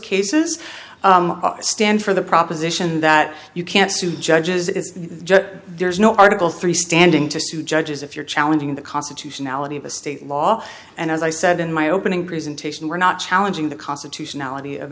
cases stand for the proposition that you can't sue judges there's no article three standing to sue judges if you're challenging the constitutionality of a state law and as i said in my opening presentation we're not challenging the constitutionality of